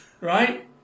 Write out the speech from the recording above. right